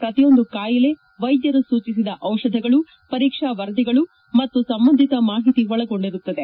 ಪ್ರತಿಯೊಂದು ಕಾಯಿಲೆ ವೈದ್ಯರು ಸೂಚಿಸಿದ ಔಷಧಗಳು ಪರೀಕ್ಷಾ ವರದಿಗಳು ಮತ್ತು ಸಂಬಂಧಿತ ಮಾಹಿತಿ ಒಳಗೊಂಡಿರುತ್ತದೆ